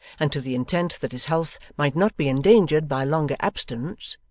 and to the intent that his health might not be endangered by longer abstinence,